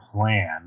plan